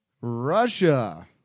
Russia